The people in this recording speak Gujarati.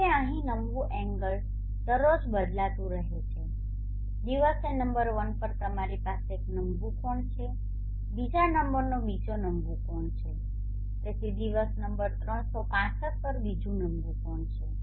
જો કે અહીં નમવું એંગલ દરરોજ બદલાતું રહે છે દિવસે નંબર વન પર તમારી પાસે એક નમવું કોણ છે બીજા નંબરનો બીજો નમવું કોણ છે તેથી દિવસ નંબર 365 પર બીજું નમવું કોણ છે